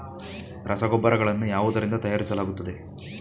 ರಸಗೊಬ್ಬರಗಳನ್ನು ಯಾವುದರಿಂದ ತಯಾರಿಸಲಾಗುತ್ತದೆ?